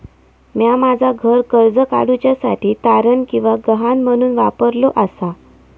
म्या माझा घर कर्ज काडुच्या साठी तारण किंवा गहाण म्हणून वापरलो आसा